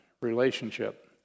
relationship